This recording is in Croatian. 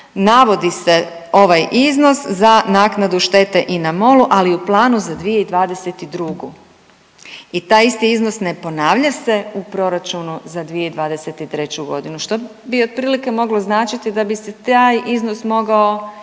navodi se ovaj iznos za naknadu štete INA MOL-u ali u planu za 2022. I taj isti iznos ne ponavlja se u proračunu za 2023. godinu. što bi otprilike moglo značiti da bi se taj iznos mogao isplatiti